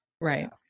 right